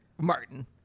Martin